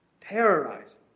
Terrorizing